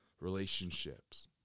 relationships